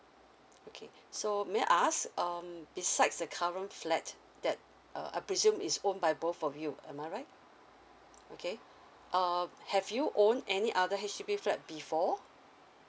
okay so may I ask um besides the current flat that uh I presume is own by both of you am I right okay um have you own any other H_D_B flat before